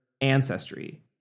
ancestry